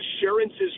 assurances